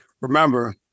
Remember